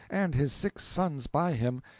and his six sons by him,